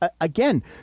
again